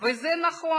וזה נכון,